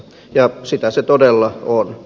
ja sitä se todella on